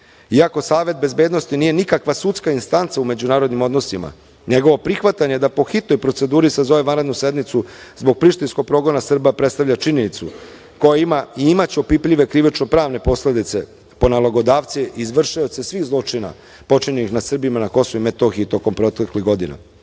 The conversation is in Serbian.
iako Savet bezbednosti nije nikakva sudska instanca u međunarodnim odnosima, njegovo prihvatanje da po hitnoj proceduri sazove vanrednu sednicu zbog prištinskog progona Srba predstavlja činjenicu koja ima i imaće opipljive krivično-pravne posledica po nalogodavce i izvršioce svih zločina počinjenih na Srbima na Kosovu i Metohiji tokom proteklih